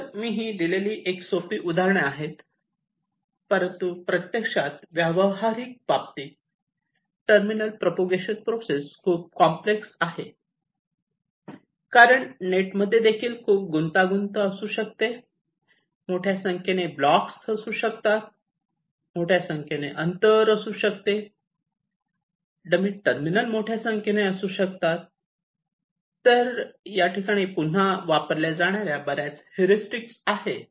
तर मी दिलेली ही एक सोपी उदाहरणे आहे परंतु प्रत्यक्षात व्यावहारिक बाबतीत टर्मिनल प्रोपेगेशन प्रोसेस खूप कॉम्प्लेक्स आहे कारण नेट खूप गुंतागुंत असू शकते मोठ्या संख्येने ब्लॉक्स असू शकतात मोठ्या संख्येने आंतर असू शकते डमी टर्मिनल मोठ्या संख्येने असू शकतात तर इथे पुन्हा वापरल्या जाणार्या बरीच हेरिस्टिक्स आहेत